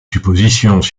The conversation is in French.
suppositions